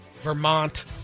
Vermont